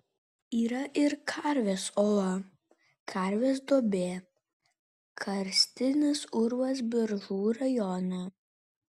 yra ir karvės ola karvės duobė karstinis urvas biržų rajone